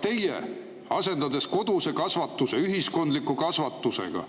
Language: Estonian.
teie, asendades koduse kasvatuse ühiskondliku kasvatusega,